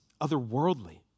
otherworldly